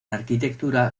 arquitectura